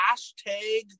hashtag